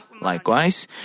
Likewise